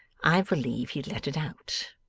i believe he'd let it out,